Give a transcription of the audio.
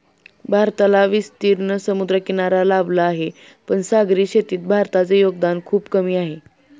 भारताला विस्तीर्ण समुद्रकिनारा लाभला आहे, पण सागरी शेतीत भारताचे योगदान खूप कमी आहे